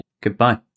Goodbye